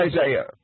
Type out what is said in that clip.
Isaiah